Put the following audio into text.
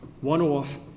one-off